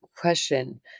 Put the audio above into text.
question